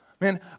Man